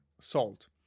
salt